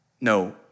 No